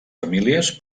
famílies